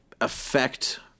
affect